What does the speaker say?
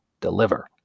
deliver